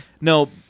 No